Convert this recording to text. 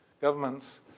Governments